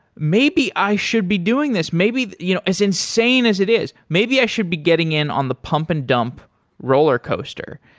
maybe i should be doing this. maybe you know as insane as it is. maybe i should be getting in on the pump and dump roller coaster.